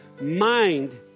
mind